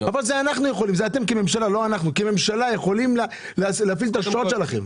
אתם כממשלה יכולים להפעיל את השוט שלכם.